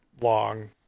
long